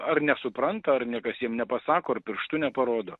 ar nesupranta ar niekas jiem nepasako ar pirštu neparodo